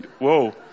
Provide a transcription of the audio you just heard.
whoa